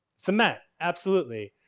so met, absolutely.